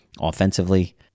offensively